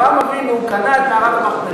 הרי אברהם אבינו קנה את מערת המכפלה